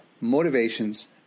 motivations